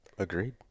Agreed